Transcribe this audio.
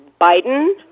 Biden